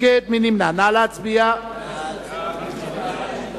והמדיניות הכלכלית לשנת הכספים 2006)